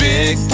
Big